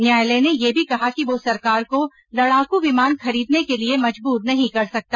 न्यायालय ने यह भी कहा कि वह सरकार को लड़ाकू विमान खरीदने के लिए मजबूर नहीं कर सकता